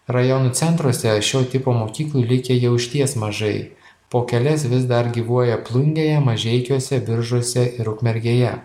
rajonų centruose šio tipo mokyklų likę jau išties mažai po kelias vis dar gyvuoja plungėje mažeikiuose biržuose ir ukmergėje